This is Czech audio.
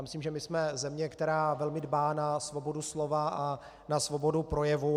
Myslím, že my jsme země, která velmi dbá na svobodu slova a na svobodu projevu.